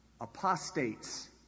apostates